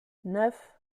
neuf